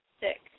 six